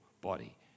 body